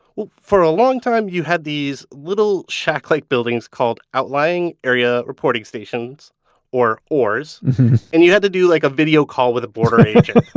for a long time you had these little shack-like buildings called outlying area reporting stations or oars and you had to do like a video call with a border agent